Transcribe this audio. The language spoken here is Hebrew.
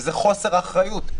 זה חוסר אחריות.